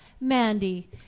Mandy